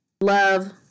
love